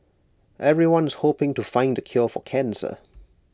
everyone's hoping to find the cure for cancer